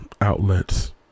outlets